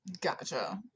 Gotcha